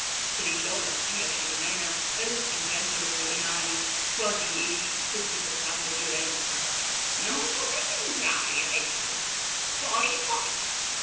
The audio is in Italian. strillò la zia cirmena respingendolo colle mani quasi egli stesse per farle violenza non potete entrare adesso fuori fuori